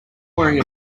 wearing